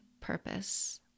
purpose